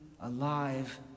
alive